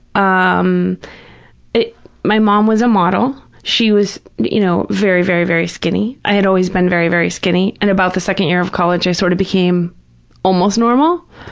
um my mom was a model. she was, you know, very, very, very skinny. i had always been very, very skinny, and about the second year of college i sort of became almost normal,